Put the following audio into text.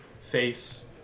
face